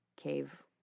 Cave